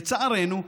לצערנו,